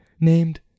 named